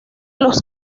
los